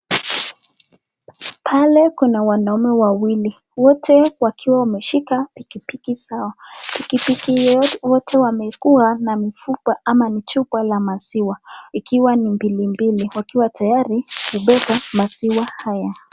Pale kuna wanaume wawili wote wakiwa wameshika pikipiki zao, pikipiki wote wamekuwa na michupa ama ni chupa ya maziwa ikiwa ni mbili mbili wakiwa tayari kubeba maziwa haya.